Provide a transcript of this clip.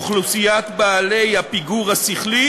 אוכלוסיית בעלי הפיגור השכלי